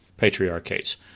patriarchates